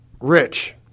Rich